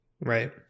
Right